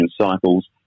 cycles